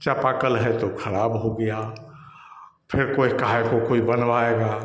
चापाकल है तो खराब हो गया फिर कोई काहे को कोई बनवाएगा